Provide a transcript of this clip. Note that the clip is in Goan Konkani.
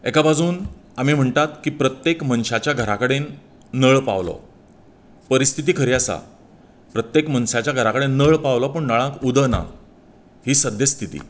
एका बाजून आमी म्हणटात की प्रत्येक मनशाच्या घरा कडेन नळ पावलो परिस्थीती खरीं आसा प्रत्येक मनशाच्या घरा कडेन नळ पावलो पुण नळांक उदक ना ही सद्य स्थिती